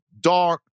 dark